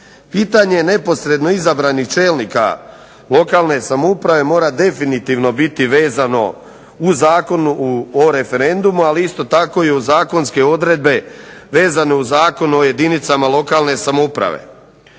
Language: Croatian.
Pitanje neposredno izabranih čelnika lokalne samouprave mora definitivno biti vezano u Zakonu o referendumu ali isto tako i zakonske odredbe vezane uz Zakon o jedinicama lokalne samouprave.